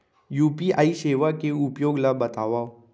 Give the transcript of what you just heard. UPI सेवा के उपयोग ल बतावव?